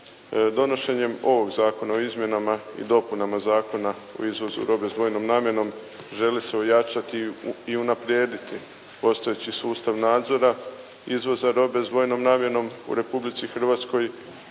Donošenjem ovoga Zakona o izmjenama i dopunama Zakona o izvozu robe sa dvojnom namjenom želi se ojačati u unaprijediti postojeći sustav nadzora, izvoza robe sa dvojnom namjenom u Republici Hrvatskoj